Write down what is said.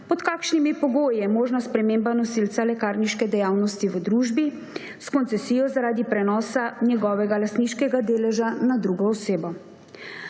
pod kakšnimi pogoji je možna sprememba nosilca lekarniške dejavnosti v družbi s koncesijo zaradi prenosa njegovega lastniškega deleža na drugo osebo.